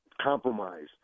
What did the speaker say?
compromise